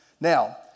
Now